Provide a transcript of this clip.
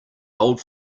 old